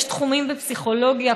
יש תחומים בפסיכולוגיה,